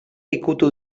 ukitu